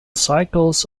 cycles